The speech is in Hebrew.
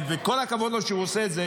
חברות וחברי כנסת נכבדים,